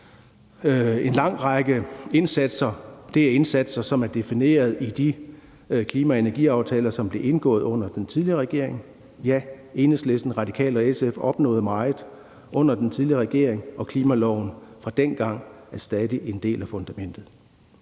Det er indsatser, som er defineret i de klima- og energiaftaler, som blev indgået under den tidligere regering – ja, Enhedslisten, Radikale og SF opnåede meget under den tidligere regering, og klimaloven fra dengang er stadig en del af fundamentet.